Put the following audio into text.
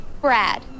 Brad